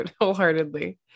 wholeheartedly